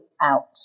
out